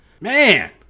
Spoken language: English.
Man